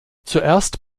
zuerst